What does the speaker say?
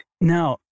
now